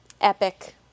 epic